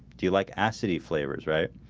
do you like acid eat flavors right?